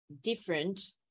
different